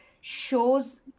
shows